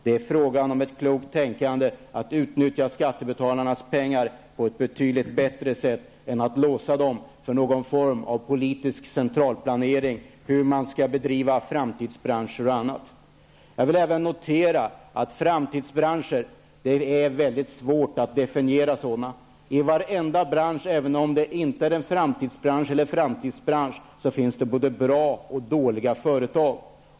Det är fråga om ett klokt tänkande, som syftar till att utnyttja skattebetalarnas pengar på ett betydligt bättre sätt än att låsa dem för någon form av politisk centralplanering, för att gå in i framtidsbranscher och annat. Jag vill även notera att det är mycket svårt att definiera framtidsbranscher. I varenda bransch, oavsett om den är en framtidsbransch eller inte, finns det både bra och dåliga företag.